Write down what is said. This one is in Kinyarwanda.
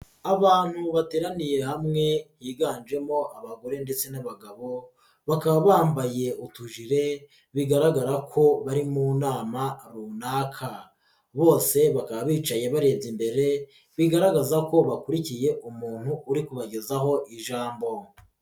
Abantu bateraniye hamwe biganjemo abagore ndetse n'abagabo bakaba bambaye utujire bigaragara ko bari mu nama runaka bose bakaba bicaye barebye imbere bigaragaza ko bakurikiye umuntu uri kubagezaho ijambo.